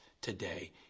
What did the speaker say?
today